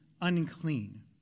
unclean